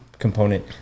component